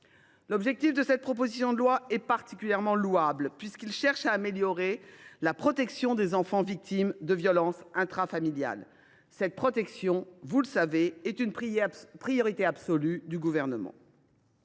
L’objectif de cette proposition de loi est particulièrement louable, puisqu’il vise à améliorer la protection des enfants victimes de violences intrafamiliales. Cette protection, vous le savez, est une priorité absolue pour le Gouvernement.